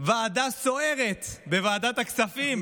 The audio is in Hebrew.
ועדה סוערת בוועדת הכספים,